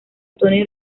tony